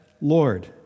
Lord